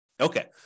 Okay